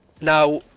Now